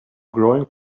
growing